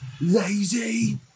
lazy